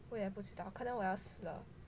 我也不知道可能我要死了